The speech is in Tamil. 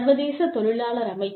சர்வதேச தொழிலாளர் அமைப்பு